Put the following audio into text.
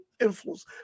influence